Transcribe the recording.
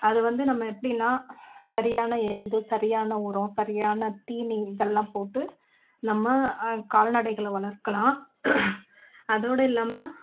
அது வந்து நம்ம எப்படின்னா சரியான எருது சரியான உரம் சரியான தீனி இதெல்லாம் போட்டு நம்ம கால்நடைகளை வளர்க்கலாம் அதோட இல்லாமல்